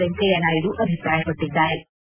ವೆಂಕಯ್ಹ ನಾಯ್ದು ಅಭಿಪ್ರಾಯಪಟ್ಟದ್ದಾರೆ